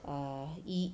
err 以